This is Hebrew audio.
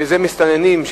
שזה מסתננים,